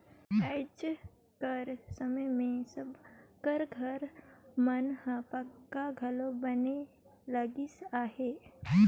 आएज कर समे मे सब कर घर मन हर पक्का घलो बने लगिस अहे